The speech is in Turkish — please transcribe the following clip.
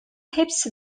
hepsi